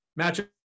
matchup